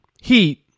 Heat